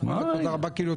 אתה מכיר את